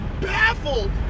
baffled